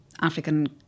African